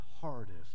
hardest